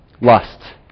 Lust